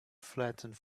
flattened